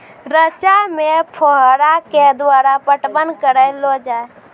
रचा मे फोहारा के द्वारा पटवन करऽ लो जाय?